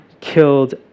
killed